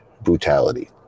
brutality